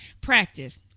practice